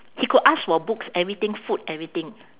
he could ask for books everything food everything